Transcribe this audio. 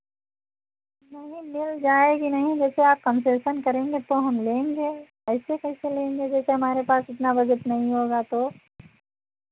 नहीं नहीं मिल जाएगी नहीं जैसे आप कन्सेशन करेंगे तो हम लेंगे ऐसे कैसे लेंगे जैसे हमारे पास इतना बजट नहीं होगा तो